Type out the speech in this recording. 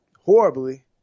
horribly